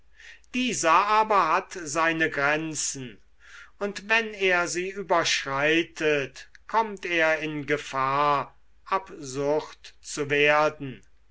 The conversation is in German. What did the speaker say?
dieser aber hat seine grenzen und wenn er sie überschreitet kommt er in gefahr absurd zu werden